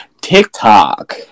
TikTok